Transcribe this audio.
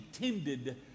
intended